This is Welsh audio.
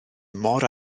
mor